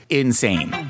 insane